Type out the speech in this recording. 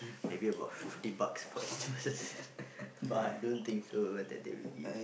maybe about fifty bucks for each person but don't think so that they will give